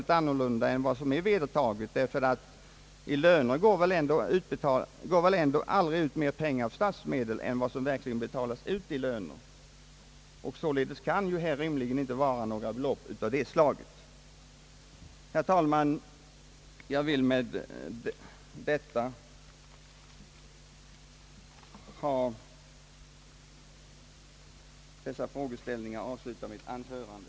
Till löner går väl ändå aldrig ut mera pengar av statsmedel än vad som verkligen också betalas ut. Således kan här rimligen inte ha samlats pengar på hög med dylikt ursprung. Herr talman! Jag vill med dessa frågeställningar avsluta mitt anförande.